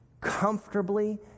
comfortably